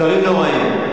דברים נוראיים.